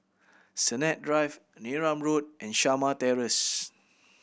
Sennett Drive Neram Road and Shamah Terrace